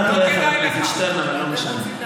אתה טועה, חבר הכנסת שטרן, אבל לא משנה.